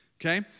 okay